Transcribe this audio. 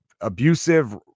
abusive